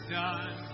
done